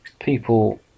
people